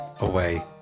away